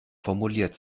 formuliert